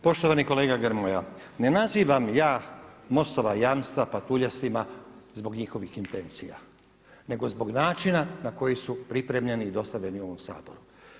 Poštovani kolega Grmoja, ne nazivam ja MOST-ova jamstva patuljastima zbog njihovih intencija nego zbog načina na koji su pripremljeni i dostavljeni ovom Saboru.